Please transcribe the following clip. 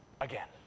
again